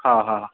हा हा